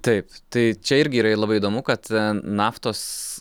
taip tai čia irgi yrai labai įdomu kad naftos